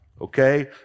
Okay